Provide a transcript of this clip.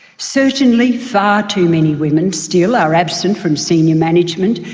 certainly, far too many women, still, are absent from senior management,